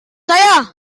saya